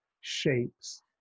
shapes